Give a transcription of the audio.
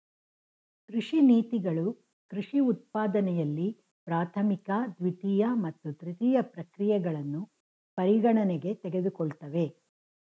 ಕೃಷಿ ನೀತಿಗಳು ಕೃಷಿ ಉತ್ಪಾದನೆಯಲ್ಲಿ ಪ್ರಾಥಮಿಕ ದ್ವಿತೀಯ ಮತ್ತು ತೃತೀಯ ಪ್ರಕ್ರಿಯೆಗಳನ್ನು ಪರಿಗಣನೆಗೆ ತೆಗೆದುಕೊಳ್ತವೆ